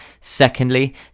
Secondly